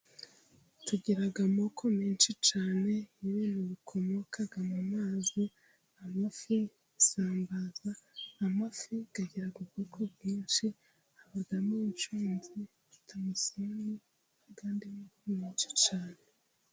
Tugira amoko menshi cyane y'ibintu bikomoka mu mazi, amafi, isambaza, amafi agira ubwoko bwinshi habamo inshonzi, tamusenye, n'andi moko menshi cyane.